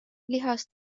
lihast